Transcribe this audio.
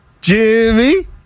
Jimmy